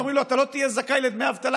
ואומרים לו: אתה לא תהיה זכאי לדמי אבטלה,